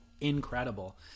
incredible